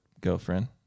girlfriend